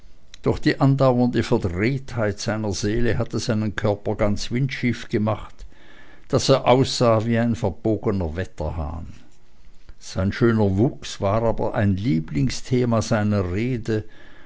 doch die andauernde verdrehtheit seiner seele hatte seinen körper ganz windschief gemacht daß er aussah wie ein verbogener wetterhahn sein schöner wuchs war aber ein lieblingsthema seiner rede